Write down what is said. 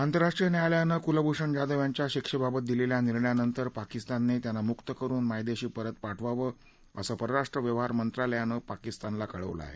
आंतरराष्ट्रीय न्यायालयानं कुलभूषण जाधव यांच्या शिक्षेबाबत दिलेल्या निर्णयानंतर पाकिस्तानने त्यांना मुक्त करुन मायदेशी परत पाठवावं असं परराष्ट्र व्यवहारमंत्रालयानं पाकिस्तानला कळवलं आहे